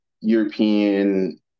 European